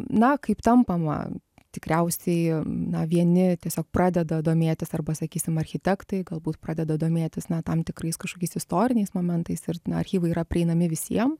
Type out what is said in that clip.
na kaip tampama tikriausiai na vieni tiesiog pradeda domėtis arba sakysim architektai galbūt pradeda domėtis na tam tikrais kažkokiais istoriniais momentais ir na archyvai yra prieinami visiem